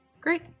Great